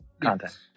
content